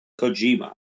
Kojima